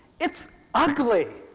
it's ugly!